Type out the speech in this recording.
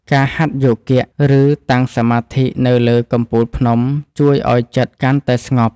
ការហាត់យោគៈ ឬតាំងសមាធិនៅលើកំពូលភ្នំជួយឱ្យចិត្តកាន់តែស្ងប់។